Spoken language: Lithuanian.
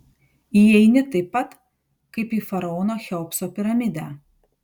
įeini taip pat kaip į faraono cheopso piramidę